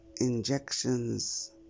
injections